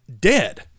dead